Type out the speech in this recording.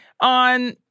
on